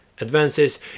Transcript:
advances